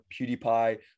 PewDiePie